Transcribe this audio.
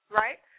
right